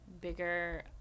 bigger